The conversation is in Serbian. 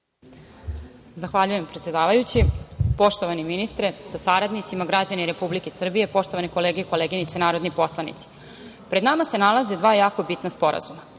Zahvaljujem, predsedavajući. Poštovani ministre sa saradnicima, građani Republike Srbije, poštovane kolege i koleginice narodni poslanici, pred nama se nalaze dva jako bitna sporazuma,